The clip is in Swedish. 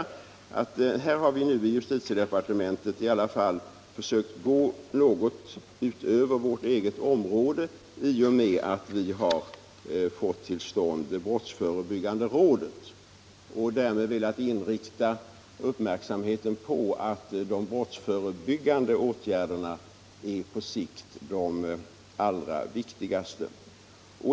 I justitiedepartementet har vi i alla fall försökt att gå något utöver vårt eget område i och med att vi har fått till stånd det brottsförebyggande rådet. Därmed har vi velat rikta uppmärksamheten på att de brottsförebyggande åtgärderna på sikt är allra viktigast.